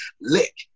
lick